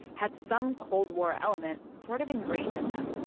had some cold war elements sort of ingrained in them,